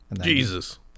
Jesus